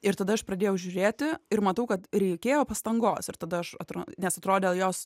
ir tada aš pradėjau žiūrėti ir matau kad reikėjo pastangos ir tada aš atro nes atrodė jos